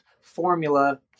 formula